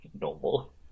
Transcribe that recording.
normal